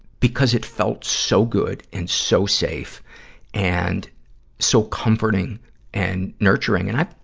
because it felt so good and so safe and so comforting and nurturing. and, i,